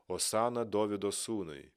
osana dovydo sūnui